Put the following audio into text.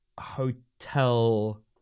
hotel